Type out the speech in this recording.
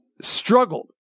Struggled